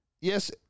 yes